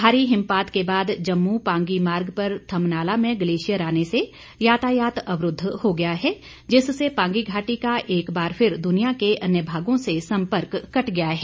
भारी हिमपात के बाद जम्मू पांगी मार्ग पर थमनाला में ग्लेशियर आने से यातायात अवरूद्व हो गया है जिससे पांगी घाटी का एक बार फिर दुनिया के अन्य भागों से सम्पर्क कट गया है